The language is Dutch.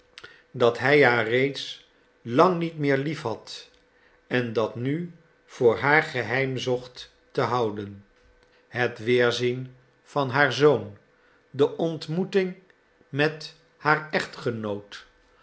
dat hij haar reeds lang niet meer liefhad en dat nu voor haar geheim zocht te houden het weerzien van haar zoon de ontmoeting met haar echtgenoot